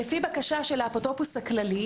לפי בקשה של האפוטרופוס הכללי,